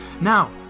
now